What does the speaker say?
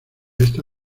esta